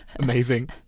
Amazing